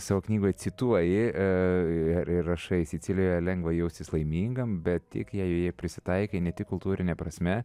savo knygoj cituoji ir rašai sicilijoje lengva jaustis laimingam bet tik jei joje prisitaikė ne tik kultūrine prasme